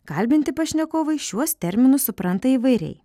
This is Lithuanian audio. kalbinti pašnekovai šiuos terminus supranta įvairiai